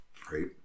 Great